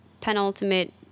penultimate